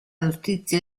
notizia